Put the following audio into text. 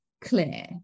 clear